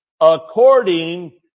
According